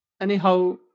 anyhow